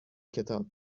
کتاب